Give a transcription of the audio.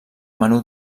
menú